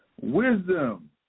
Wisdom